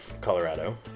Colorado